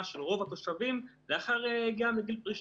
של רוב התושבים לאחר הגיעם לגיל פרישה.